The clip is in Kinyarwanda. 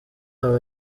aba